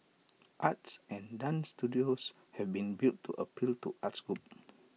arts and dance studios have been built to appeal to arts groups